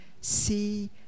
see